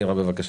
בבקשה.